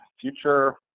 future